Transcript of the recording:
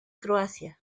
croacia